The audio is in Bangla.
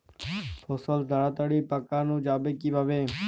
ফসল তাড়াতাড়ি পাকানো যাবে কিভাবে?